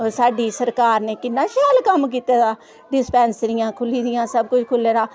साढ़ी सरकार ने किन्ना शैल कम्म किता दा डिसपैंसरिया खुल्ली दियां सब कुछ खुल्ले दा